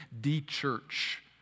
de-church